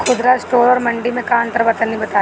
खुदरा स्टोर और मंडी में का अंतर बा तनी बताई?